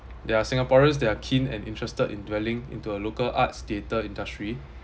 there are singaporeans that are keen and interested in dwelling into a local arts theatre industry